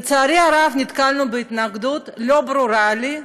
לצערי הרב נתקלנו בהתנגדות לא ברורה לי,